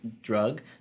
drug